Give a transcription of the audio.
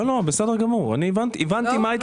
לא, בסדר גמור, הבנתי מה ההתלבטות שלך.